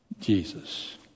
Jesus